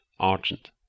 Argent